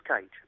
Cage